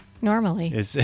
normally